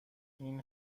این